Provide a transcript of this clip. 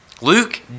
Luke